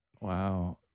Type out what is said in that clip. Wow